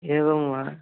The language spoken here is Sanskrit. एवं वा